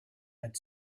had